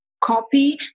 copy